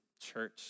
church